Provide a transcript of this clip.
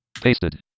Pasted